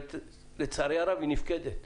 ולצערי הרב היא נפקדת.